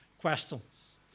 questions